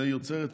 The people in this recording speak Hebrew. ויוצרת